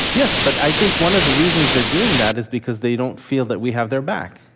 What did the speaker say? yes. but i think one of the reasons they're doing that is because they don't feel that we have their back.